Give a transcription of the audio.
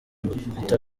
guhita